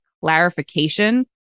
clarification